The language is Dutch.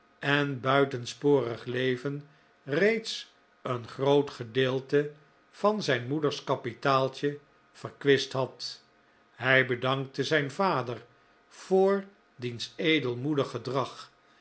en buitensporig leven reeds een groot gedeelte van zijn moeders kapitaaltje verkwist had hij bedankte zijn vader voor diens edelmoedig gedrag